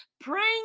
praying